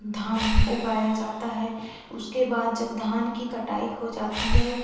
धान उगाया जाता है उसके बाद जब धान की कटाई हो जाती है